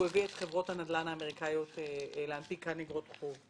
הוא הביא את חברות הנדל"ן האמריקאיות להנפיק כאן איגרות חוב.